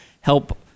help